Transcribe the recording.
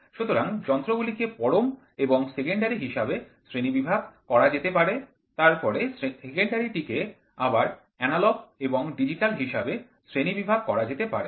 সুতরাং যন্ত্রগুলিকে পরম এবং সেকেন্ডারি হিসাবে শ্রেণীবিভাগ করা যেতে পারে তারপরে সেকেন্ডারি টিকে আবার এনালগ এবং ডিজিটাল হিসাবে শ্রেণিবিভাগ করা যেতে পারে